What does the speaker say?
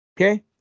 Okay